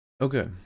Okay